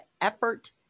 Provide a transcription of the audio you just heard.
effort